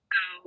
go